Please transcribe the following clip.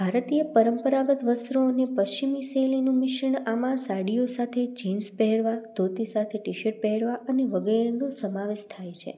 ભારતીય પરંપરાગત વસ્ત્રો અને પશ્ચિમી શૈલીનું મિશ્રણ આમાં સાડીઓ સાથે જીન્સ પહેરવા ધોતી સાથે ટીશર્ટ પહેરવા અને વગેરેનું સમાવેશ થાય છે